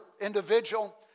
individual